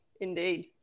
Indeed